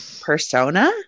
persona